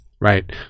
right